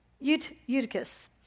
Eutychus